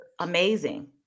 amazing